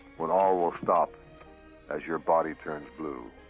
when all will stop as your body turns blue.